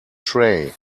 tray